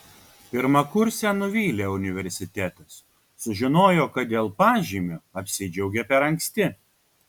pirmakursę nuvylė universitetas sužinojo kad dėl pažymio apsidžiaugė per anksti